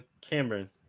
Cameron